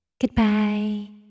Goodbye